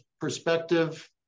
perspective